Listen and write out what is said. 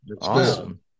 Awesome